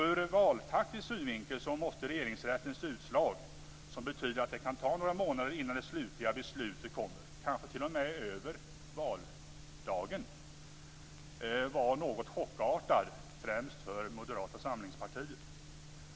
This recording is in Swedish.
Ur valtaktisk synvinkel måste Regeringsrättens utslag, som betyder att det kan ta några månader innan det slutliga beslutet kommer - kanske dröjer det t.o.m. till efter valdagen - vara något chockartat främst för Moderata samlingspartiet.